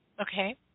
Okay